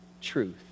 truth